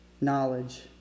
knowledge